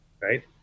Right